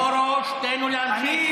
פרוש, תן לו להמשיך.